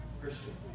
Christian